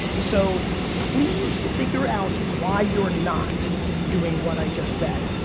so please figure out why you're not doing what i just said,